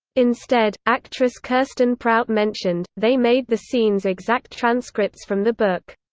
instead, actress kirsten prout mentioned, they made the scenes exact transcripts from the book,